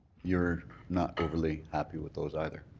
you're not overly happy with those either.